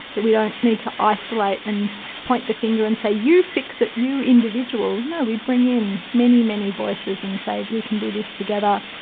that we don't need to isolate and point the finger and say you fix it, you individual. no, we bring in many, many voices and say we can do this together.